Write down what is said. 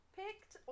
picked